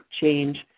change